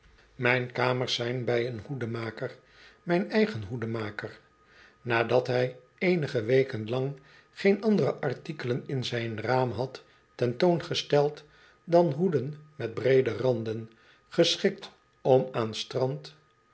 mijn kamers zijn bij een hoedenmaker myn eigen hoedenmaker nadat hij eenige weken lang geen andere artikelen in zijn raam had ten toon gesteld dan hoeden met breede randen geschikt om aan strand